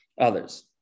others